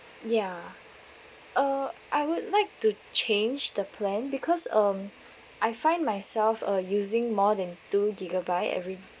ya uh I would like to change the plan because um I find myself uh using more than two gigabyte every